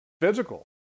physical